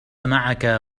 معك